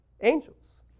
angels